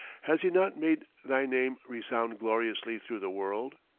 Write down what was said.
has he not made thy name resound gloriously through the world?